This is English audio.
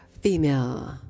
female